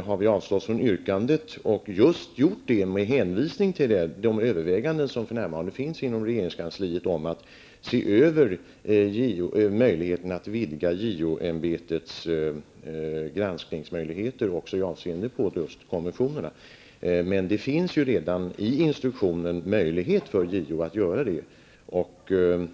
har vi anstått från yrkandet just med hänvisning till de överväganden som för närvarande görs inom regeringskansliet om att se över möjligheterna att vidga JO-ämbetets granskningsmöjligheter också i avseende på konventionerna. Men det finns ju redan i instruktionen möjlighet för JO att göra det.